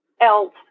else